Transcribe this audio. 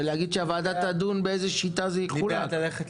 ולהגיד שהוועדה תדון באיזו שיטה זה יחולק.